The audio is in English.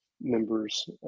members